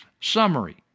Summary